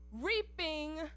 reaping